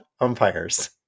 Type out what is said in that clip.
Umpires